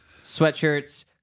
sweatshirts